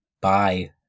Bye